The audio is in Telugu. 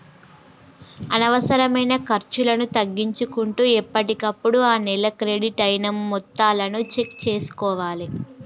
అనవసరమైన ఖర్చులను తగ్గించుకుంటూ ఎప్పటికప్పుడు ఆ నెల క్రెడిట్ అయిన మొత్తాలను చెక్ చేసుకోవాలే